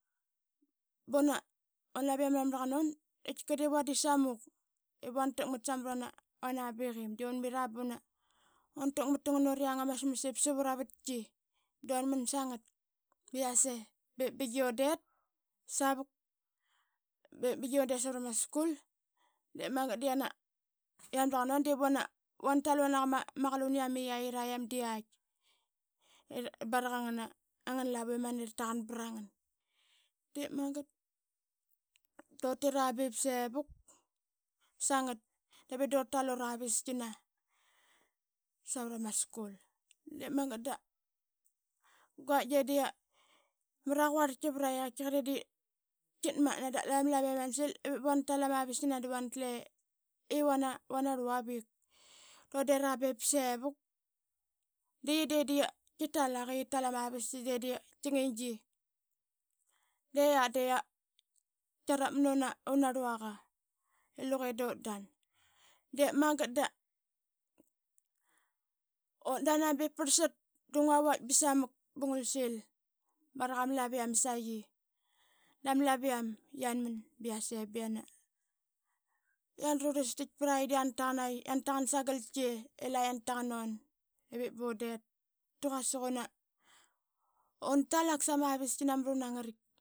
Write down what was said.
Buna laviam yan mraqan un, qaitkika diip van dit samuk ip una takmat samat vana biqit. Dun mira buna takmat tangan uriang amasmas sap ura vatki dun man sangat yase be binga undit, savuk. Be bingia i undet savrama skul de magat da yana mraqan un divuna vantal vuna qama qaluniam i yait ara yam da yait barak angana lavu imani rataqan vranga. De magat dutira ba sevuk sangat, davi duratal ura vistkina savrama skul de magat da guait de da ya ama raquarltki vraqi qaitkiqarl i de yatmatna da la ma laviam yan sil ip vana tal ama vistkina da vanatle i vana vana rluavik. Undera bep sevuk de qi de da qitalak i yatal ama vistki de da qiangingi de a de qiarap mnum una rluvaqa i luqe dut dan. De magat da, utdana be prlsat da ngua vait ba samak ba ngua sil baraqa ma laviam saqi dama laviam yanman ba yase ba yana yanrurlistait praqi da yana taqan aqi yan taqan sagaltki i la yan tapan un ivip bun det da quasik una talak sama vistkina mruna ngaraitk.